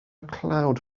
cloud